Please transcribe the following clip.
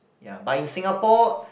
ya but in Singapore